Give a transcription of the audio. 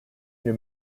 new